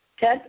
Ted